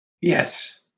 Yes